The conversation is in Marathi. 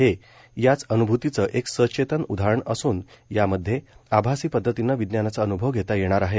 हे याच अन्भूतीचं एक सचेतन उदाहरण असून यामध्ये आभासी पदधतीनं विज्ञानाचा अन्भव घेता येणार आहे